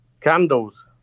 Candles